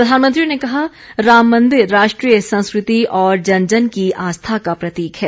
प्रधानमंत्री ने कहा राम मंदिर राष्ट्रीय संस्कृति और जन जन की आस्था का प्रतीक है